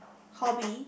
hobby